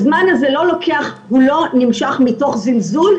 הזמן הזה לא נמשך מתוך זלזול,